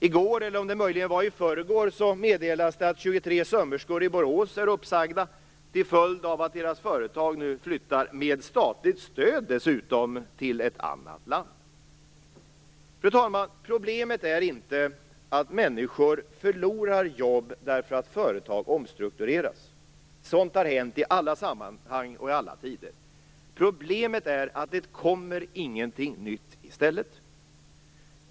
I går, eller om det möjligen var i förrgår, meddelades att 23 sömmerskor i Borås är uppsagda till följd av att deras företag nu flyttar, med statligt stöd dessutom, till ett annat land. Fru talman! Problemet är inte att människor förlorar jobb därför att företag omstruktureras. Sådant har hänt i alla sammanhang och i alla tider. Problemet är att det inte kommer någonting nytt i stället.